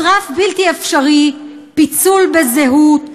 מצרף בלתי אפשרי, פיצול בזהות.